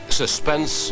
suspense